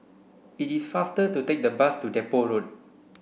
it is faster to take the bus to Depot Road